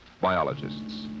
biologists